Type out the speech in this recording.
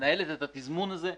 מנהלת את התזמון הזה.